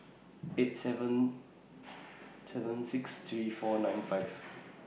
eight seven seven six three four nine five